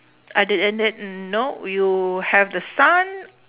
other than that no w~ you have the sun